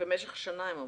במשך שנה.